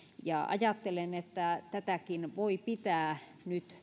ajattelen että tätäkin jaksoa voi pitää nyt